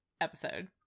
episode